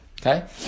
okay